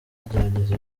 ryagize